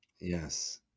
Yes